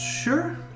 Sure